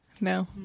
No